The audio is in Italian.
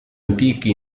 antichi